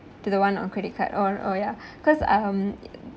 to the one on credit card or or ya cause um